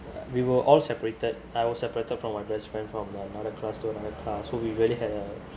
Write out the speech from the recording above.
we were all separated I was separated from my best friend from another classroom another car so we really had a